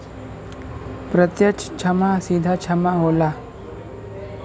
प्रत्यक्ष जमा सीधा जमा होला